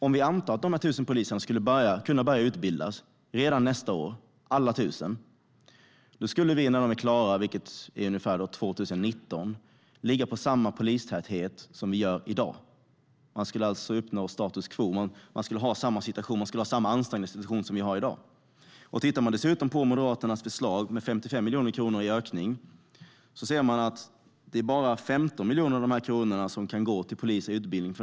Om vi antar att dessa 1 000 poliser skulle kunna börja utbildas redan nästa år, skulle vi när de är klara ungefär 2019 ligga på samma polistäthet som vi gör i dag. Man skulle alltså uppnå status quo och alltså ha samma ansträngda situation som vi har i dag. Tittar man på Moderaternas förslag med en ökning på 55 miljoner ser man att det bara är 15 miljoner av dessa 55 miljoner som kan gå till polis och utbildning.